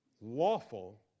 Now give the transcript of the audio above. lawful